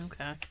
Okay